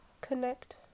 connect